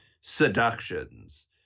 seductions